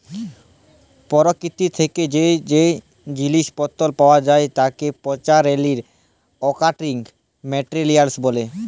পরকিতি থ্যাকে যে জিলিস পত্তর পাওয়া যায় তাকে ন্যাচারালি অকারিং মেটেরিয়াল ব্যলে